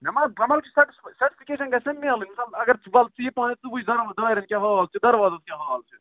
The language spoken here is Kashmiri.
مےٚ ما مےٚ مل چھِ ہٮ۪ژمٕژ گژھِ نا میلٕنۍ مِثال اَگر ژ ولہٕ ژٕ یہِ پانَے ژٕ وُچھ زن دارٮ۪ن کیٛاہ حال چھُ دروازَن کیٛاہ حل چھُ